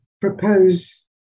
propose